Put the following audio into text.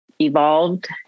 evolved